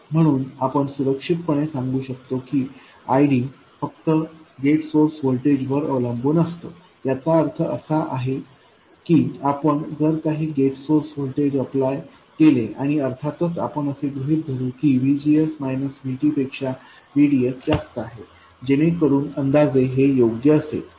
म्हणून आपण सुरक्षितपणे सांगू शकतो की IDफक्त गेट सोर्स व्होल्टेजवर अवलंबून असतो याचा अर्थ असा की आपण जर काही गेट सोर्स व्होल्टेज अप्लाय केले आणि अर्थातच आपण असे गृहित धरू की पेक्षा VDS जास्त आहे जेणेकरून अंदाजे हे योग्य असेल